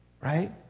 right